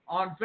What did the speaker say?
on